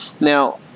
Now